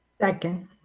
Second